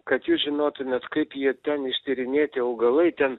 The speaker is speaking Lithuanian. kad jūs žinotumėt kaip jie ten ištyrinėti augalai ten